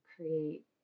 create